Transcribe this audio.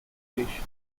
parish